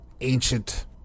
ancient